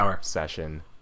session